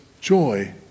joy